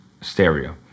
stereo